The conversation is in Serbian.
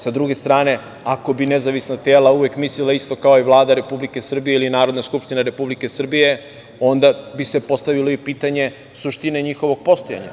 Sa druge strane, ako bi nezavisna tela uvek mislila isto kao i Vlada Republike Srbije ili Narodna skupština Republike Srbije, onda bi se postavilo i pitanje suštine njihovog postojanja.